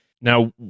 Now